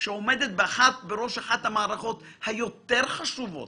שעומדת בראש אחת המערכות היותר חשובות